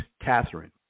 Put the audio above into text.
Catherine